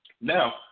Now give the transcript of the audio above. now